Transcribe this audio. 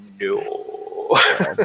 No